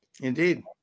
Indeed